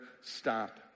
stop